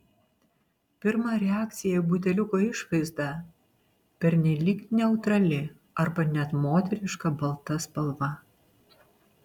pirma reakcija į buteliuko išvaizdą pernelyg neutrali arba net moteriška balta spalva